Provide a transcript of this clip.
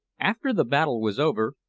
after the battle was over,